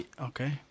Okay